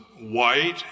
white